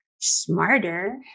smarter